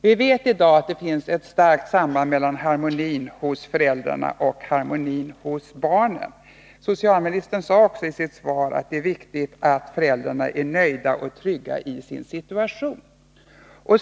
Vi vet i dag att det finns ett starkt samband mellan harmoni hos föräldrarna och harmoni hos barnen. Socialministern sade också i sitt svar att det är viktigt att föräldrarna är nöjda och trygga i sin situation.